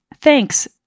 Thanks